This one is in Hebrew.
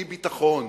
ממקום של אי-ביטחון,